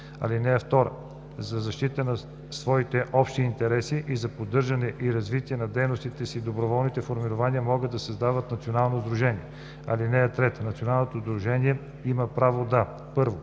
интерес. (2) За защита на своите общи интереси и за поддържане и развитие на дейностите си доброволните формирования могат да създадат национално сдружение. (3) Националното сдружение има право да: 1.